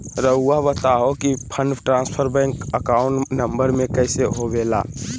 रहुआ बताहो कि fund transfer bank account number में कैसे होबेला?